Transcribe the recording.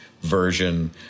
version